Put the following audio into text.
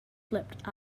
flipped